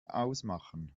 ausmachen